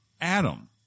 Adam